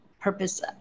purpose